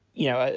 you know, ah